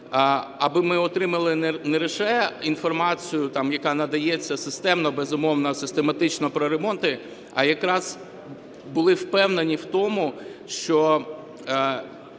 аби ми отримали не лише інформацію там, яка надається системно, безумовно, систематично про ремонти, а якраз були впевнені в тому, що